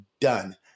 done